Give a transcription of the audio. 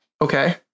Okay